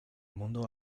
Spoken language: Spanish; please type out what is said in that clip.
mundo